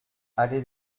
allée